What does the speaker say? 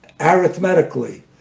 arithmetically